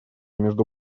между